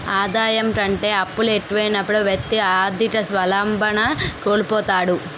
ఆదాయం కంటే అప్పులు ఎక్కువైనప్పుడు వ్యక్తి ఆర్థిక స్వావలంబన కోల్పోతాడు